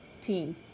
team